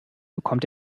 bekommt